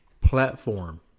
platform